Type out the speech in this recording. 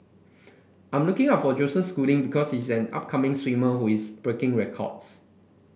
I'm looking out for Joseph Schooling because he is an upcoming swimmer who is breaking records